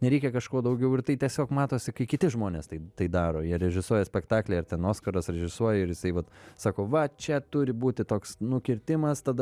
nereikia kažko daugiau ir tai tiesiog matosi kai kiti žmonės tai tai daro jie režisuoja spektaklį ar ten oskaras režisuoja ir jisai vat sako va čia turi būti toks nukirtimas tada